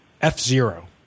F-Zero